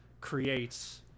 creates